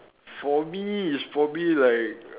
for me it's probably like